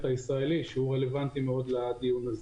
הישראלי שהוא רלוונטי מאוד לדיון הזה.